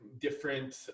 different